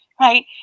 Right